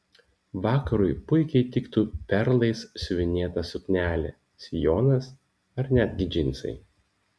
vakarui puikiai tiktų perlais siuvinėta suknelė sijonas ar netgi džinsai